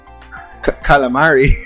Calamari